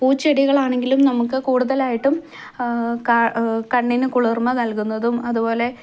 പൂച്ചെടികളാണെങ്കിലും നമുക്ക് കൂടുതലായിട്ടും കണ്ണിന് കുളിർമ നൽകുന്നതും അതുപോലെ